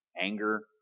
anger